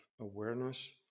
awareness